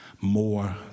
more